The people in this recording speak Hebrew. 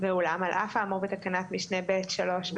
ואולם על פי האמור בתקנת משנה (ב)(3)(ב)(4)